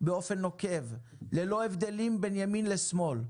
באופן נוקב ללא הבדלים בין ימין לשמאל,